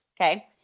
okay